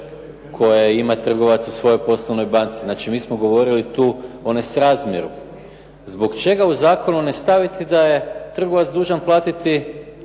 koje ima trgovac u svojoj poslovnoj banci. Znači, mi smo govorili tu o nesrazmjeru. Zbog čega u zakonu ne stavite da je trgovac dužan platiti